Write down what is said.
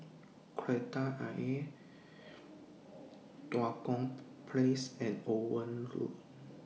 Kreta Ayer Tua Kong Place and Owen Road